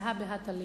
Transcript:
שהא בהא תליא.